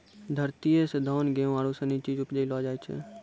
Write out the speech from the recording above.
धरतीये से धान, गेहूं आरु सनी चीज उपजैलो जाय छै